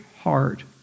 heart